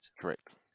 Correct